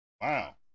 Wow